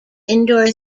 indoor